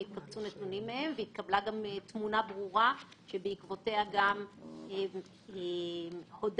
הכלים שנמצאים היום בחוק